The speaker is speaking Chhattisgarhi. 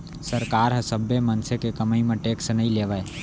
सरकार ह सब्बो मनसे के कमई म टेक्स नइ लेवय